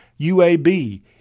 UAB